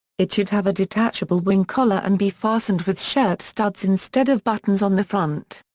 it should have a detachable wing collar and be fastened with shirt studs instead of buttons on the front.